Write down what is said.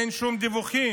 אין שום דיווחים.